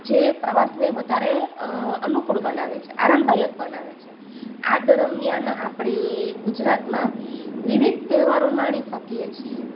જે પ્રવાસને વધારે અનુકૂળ બનાવે છે આરામદાયક બનાવે છે આ દરમ્યાન આપણે ગુજરાતમાં વિવિધ તહેવારો માણી શકીએ છીએ